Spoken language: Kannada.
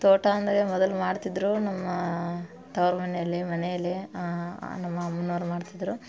ತೋಟ ಅಂದರೆ ಮೊದಲು ಮಾಡ್ತಿದ್ದರು ನಮ್ಮ ತವ್ರು ಮನೇಲಿ ಮನೇಲ್ಲೇ ನಮ್ಮ ಅಮ್ನೋರು ಮಾಡ್ತಿದ್ದರು